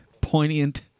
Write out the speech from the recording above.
poignant